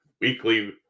weekly